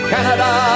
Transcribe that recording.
Canada